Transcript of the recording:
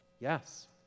yes